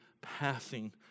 passing